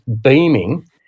beaming